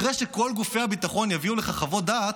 אומרת לו היועצת: אחרי שכל גופי הביטחון יביאו לך חוות דעת,